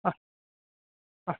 ആ ആ